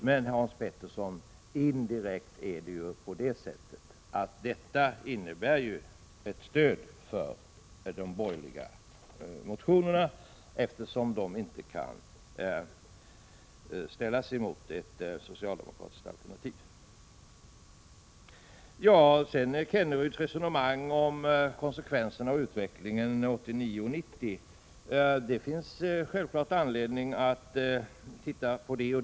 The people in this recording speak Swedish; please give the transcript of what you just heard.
Men, Hans Petersson, indirekt innebär detta ett stöd för de borgerliga motionerna, eftersom det borgerliga förslaget annars inte skulle få majoritet. Rolf Kenneryd förde ett resonemang om konsekvenserna av utvecklingen under 1989-1990. Det finns självfallet anledning att se över detta.